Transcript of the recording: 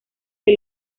que